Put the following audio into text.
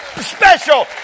special